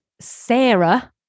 Sarah